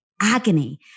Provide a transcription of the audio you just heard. agony